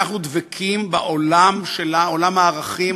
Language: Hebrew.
אנחנו דבקים בעולם הערכים,